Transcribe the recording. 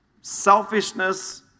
Selfishness